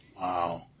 Wow